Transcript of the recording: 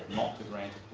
not to grant